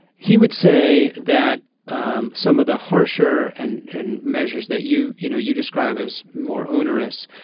he would say that um some of the harsher and and measures that you you know you describe as more onerous